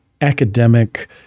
Academic